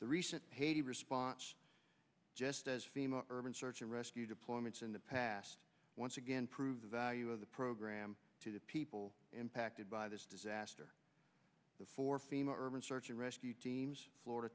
the recent haiti response just as fema urban search and rescue deployments in the past once again prove the value of the program to the people impacted by this disaster before fema urban search and rescue teams florida